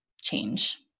change